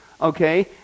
okay